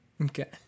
Okay